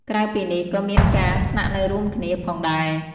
ក្រៅពីនេះ ក៏មានការ ស្នាក់នៅរួមគ្នា ផងដែរ។